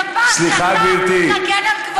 אני מצפה שאתה תגן על כבודי.